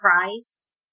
Christ